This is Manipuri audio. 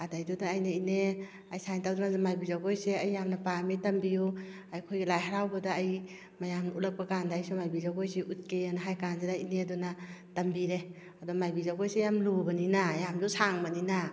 ꯑꯗꯨꯗꯩꯗꯨꯗ ꯑꯩꯅ ꯏꯅꯦ ꯑꯩ ꯁꯥꯏ ꯇꯧꯗꯅ ꯃꯥꯏꯕꯤ ꯖꯒꯣꯏꯁꯦ ꯑꯩ ꯌꯥꯝꯅ ꯄꯥꯝꯃꯤ ꯇꯝꯕꯤꯌꯨ ꯑꯩꯈꯣꯏ ꯂꯥꯏ ꯍꯔꯥꯎꯕꯗ ꯑꯩ ꯃꯌꯥꯝꯅ ꯎꯠꯂꯛꯄꯀꯥꯟꯗ ꯑꯩꯁꯨ ꯃꯥꯏꯕꯤ ꯖꯒꯣꯏꯁꯦ ꯎꯠꯀꯦ ꯍꯥꯏ ꯀꯥꯟꯁꯤꯗ ꯏꯅꯦꯗꯨꯅ ꯇꯝꯕꯤꯔꯦ ꯑꯗꯣ ꯃꯥꯏꯕꯤ ꯖꯒꯣꯏꯁꯦ ꯌꯥꯝ ꯂꯨꯕꯅꯤꯅ ꯌꯥꯝꯅꯁꯨ ꯁꯥꯡꯕꯅꯤꯅ